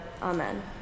Amen